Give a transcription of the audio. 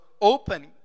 open